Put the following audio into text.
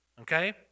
Okay